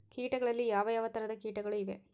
ಕೇಟಗಳಲ್ಲಿ ಯಾವ ಯಾವ ತರಹದ ಕೇಟಗಳು ಇವೆ?